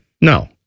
no